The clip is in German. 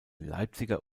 leipziger